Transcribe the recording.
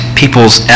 people's